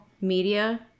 media